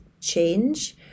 change